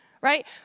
right